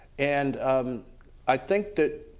and i think that